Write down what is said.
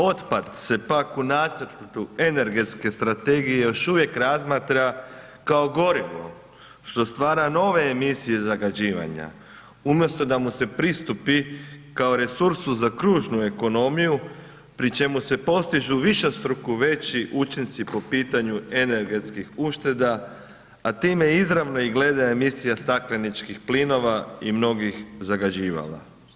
Otpad se pak u nacrtu energetske strategije još uvije razmatra kao gorivo, što stvara nove emisije zagađivanja umjesto da mu se pristupi kao resursu za kružnu ekonomiju pri čemu se postižu višestruko veći učinci po pitanju energetskih ušteda, a time izravno i glede emisije stakleničkih plinova i mnogih zagađivala.